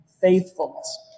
faithfulness